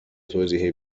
توضیح